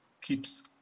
keeps